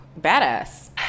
badass